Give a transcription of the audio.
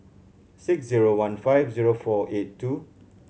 six zero one five zero four eight two